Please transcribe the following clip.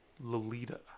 Lolita